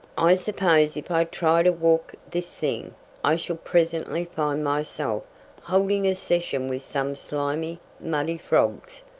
i suppose if i try to walk this thing i shall presently find myself holding a session with some slimy, muddy frogs.